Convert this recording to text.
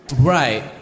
Right